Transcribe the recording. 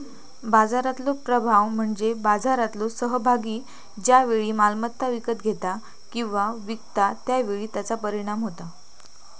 बाजारातलो प्रभाव म्हणजे बाजारातलो सहभागी ज्या वेळी मालमत्ता विकत घेता किंवा विकता त्या वेळी त्याचा परिणाम होता